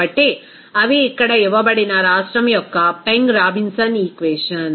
కాబట్టి అవి ఇక్కడ ఇవ్వబడిన రాష్ట్రం యొక్క పెంగ్ రాబిన్సన్ ఈక్వేషన్